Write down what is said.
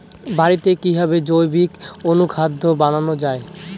বাড়িতে কিভাবে জৈবিক অনুখাদ্য বানানো যায়?